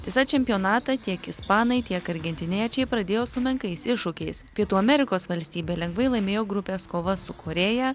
visą čempionatą tiek ispanai tiek argentiniečiai pradėjo su menkais iššūkiais pietų amerikos valstybė lengvai laimėjo grupės kova su korėja